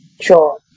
Sure